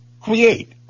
Create